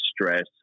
stress